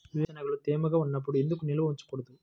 వేరుశనగలు తేమగా ఉన్నప్పుడు ఎందుకు నిల్వ ఉంచకూడదు?